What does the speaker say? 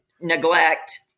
neglect